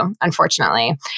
unfortunately